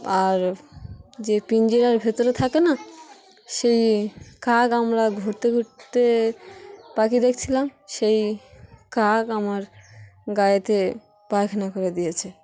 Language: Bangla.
আর যে পিঞ্জিরার ভেতরে থাকে না সেই কাক আমরা ঘুরতে ঘুরতে পাকিয়ে দেখছিলাম সেই কাক আমার গায়েতে পায়খানা করে দিয়েছে